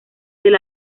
del